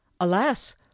Alas